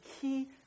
key